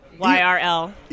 Y-R-L